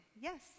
yes